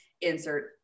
insert